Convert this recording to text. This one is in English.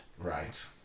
Right